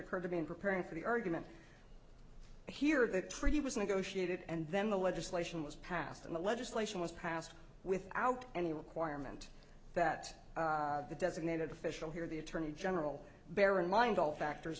occurred to me in preparing for the argument here the treaty was negotiated and then the legislation was passed and the legislation was passed without any requirement that the designated official here the attorney general bear in mind all factors